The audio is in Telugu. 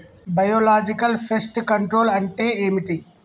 బయోలాజికల్ ఫెస్ట్ కంట్రోల్ అంటే ఏమిటి?